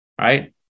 right